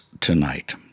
Tonight